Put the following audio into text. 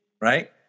right